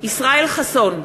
ישראל חסון,